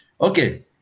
Okay